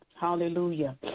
hallelujah